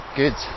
good